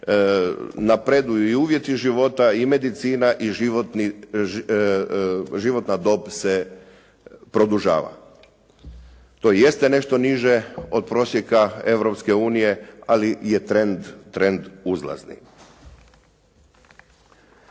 napreduju i uvjeti života, i medicina i životna dob se produžava. To jeste nešto niže od prosjeka Europske unije, ali je trend uzlazni.